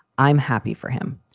i'm happy for him.